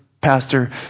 Pastor